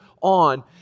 on